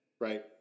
Right